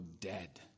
dead